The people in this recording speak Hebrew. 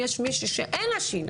כי אם יש מישהו שאין לה שיניים,